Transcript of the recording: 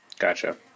Gotcha